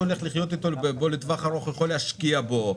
הולך לחיות בו לטווח ארוך הוא יכול להשקיע בו,